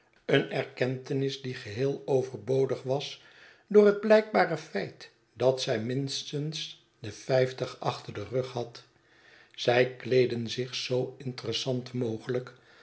een erkentenis die geheel overbodig was door het blykbare feit dat zij minstens de vijftig achter den rug had zij kleedden zich zoo interessant mogelyk